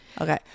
Okay